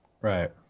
right